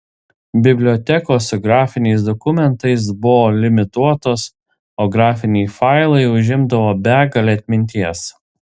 bibliotekos su grafiniais dokumentais buvo limituotos o grafiniai failai užimdavo begalę atminties